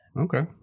okay